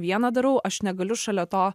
vieną darau aš negaliu šalia to